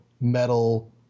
metal